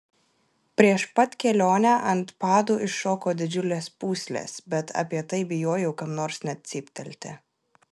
prieš pat kelionę ant padų iššoko didžiulės pūslės bet apie tai bijojau kam nors net cyptelti